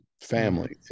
family